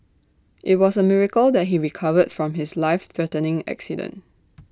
IT was A miracle that he recovered from his life threatening accident